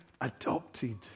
adopted